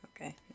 Okay